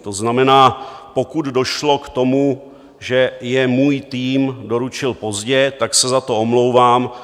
To znamená, pokud došlo k tomu, že je můj tým doručil pozdě, tak se za to omlouvám.